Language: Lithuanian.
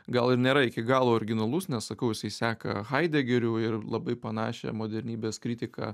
gal ir nėra iki galo originalus nes sakau jisai seka haidegeriu ir labai panašią modernybės kritiką